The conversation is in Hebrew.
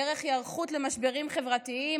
דרך היערכות למשברים חברתיים,